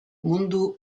mundu